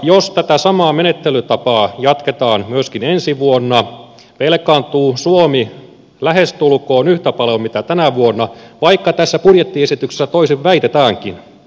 jos tätä samaa menettelytapaa jatketaan myöskin ensi vuonna velkaantuu suomi lähestulkoon yhtä paljon kuin tänä vuonna vaikka tässä budjettiesityksessä toisin väitetäänkin